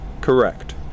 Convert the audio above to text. Correct